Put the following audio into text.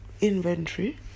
inventory